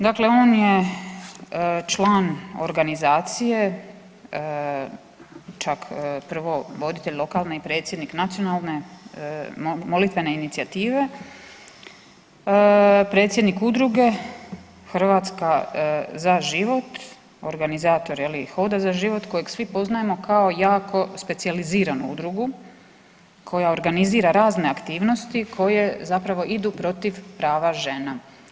Dakle, on je član organizacije čak prvo voditelj lokalne i predsjednik Nacionalne molitvene inicijative, predsjednik Udruge Hrvatska za život, organizator je li i „Hoda za život“ kojeg svi poznajemo kao jako specijaliziranu udrugu koja organizira razne aktivnosti koje zapravo idu protiv prava žena.